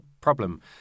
problem